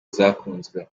zakunzwe